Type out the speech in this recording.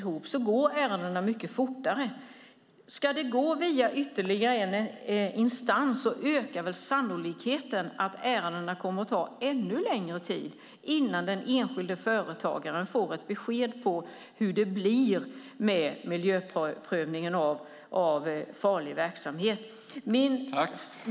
Om ärendena ska passera ytterligare en instans ökar väl tvärtom sannolikheten för att det kommer att ta ännu längre tid innan den enskilde företagaren får besked om hur det blir med miljöprövningen av farlig verksamhet?